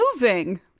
moving